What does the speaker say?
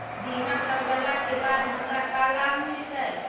बीमा करवला के बाद हमरा का लाभ मिलतै?